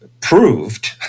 proved